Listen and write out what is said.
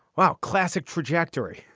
wow classic trajectory.